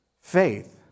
faith